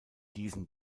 diesen